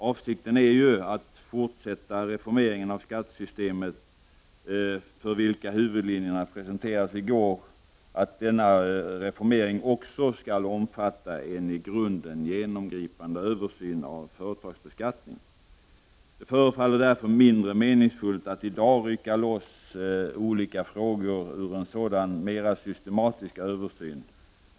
Avsikten är ju att den fortsatta reformeringen av skattesystemet, för vilken huvudlinjerna presenterades i går, också skall omfatta en i grunden genomgripande översyn av företagsbeskattningen. Det förefaller därför mindre meningsfullt att i dag rycka loss olika frågor ur en sådan mera systematisk översyn.